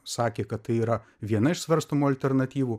sakė kad tai yra viena iš svarstomų alternatyvų